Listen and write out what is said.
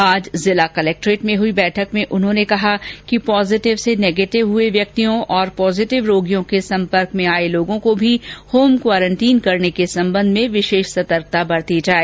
आज जिला कलक्ट्रेट में हुई बैठक में उन्होंने कहा कि पॉजिटिव से नेगेटिव हुए व्यक्तियों और पॉजिटिव रोगियों के संपर्क में आए लोगों को भी होम क्वारंटीन करने के संबंध में विशेष सतर्कता बरती जाए